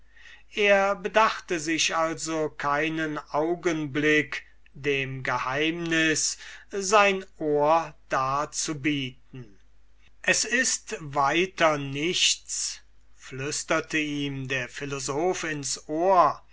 er bedachte sich also keinen augenblick dem geheimnis des demokritus sein ohr darzubieten es ist weiter nichts flüsterte ihm der philosoph ins ohr